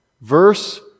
verse